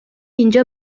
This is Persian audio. اینجا